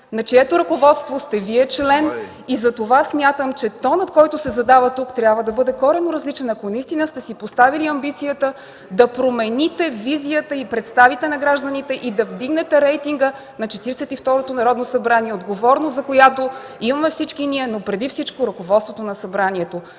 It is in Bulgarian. на чието ръководство Вие сте член. Затова смятам, че тонът, който се задава тук, трябва да бъде коренно различен, ако наистина сте си поставили амбицията да промените визията и представите на гражданите, да вдигнете рейтинга на Четиридесет и второто Народно събрание. Отговорност за това имаме всички ние, но преди всичко – ръководството на Събранието.